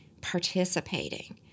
participating